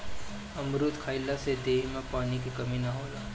अमरुद खइला से देह में पानी के कमी ना होला